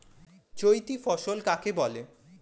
চৈতি ফসল কাকে বলে?